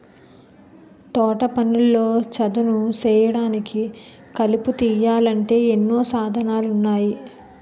తోటపనుల్లో చదును సేయడానికి, కలుపు తీయాలంటే ఎన్నో సాధనాలున్నాయి